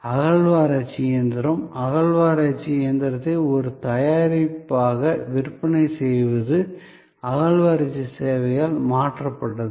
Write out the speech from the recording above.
அகழ்வாராய்ச்சி இயந்திரம் அகழ்வாராய்ச்சி இயந்திரத்தை ஒரு தயாரிப்பாக விற்பனை செய்வது அகழ்வாராய்ச்சி சேவையால் மாற்றப்பட்டது